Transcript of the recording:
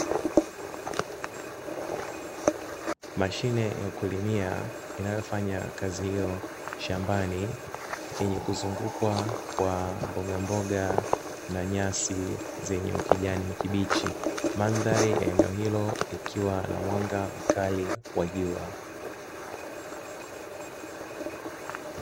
Mashine ya kulimia inayofanya kazi hiyo shambani yenye kuzungukwa kwa mboga mboga na nyasi zenye ukijani kibichi, mandhari ya eneo hilo ikiwa na mwanga mkali wa jua.